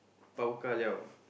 pao ka liao